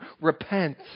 repent